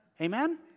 Amen